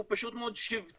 הוא פשוט מאוד שבטי.